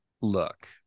look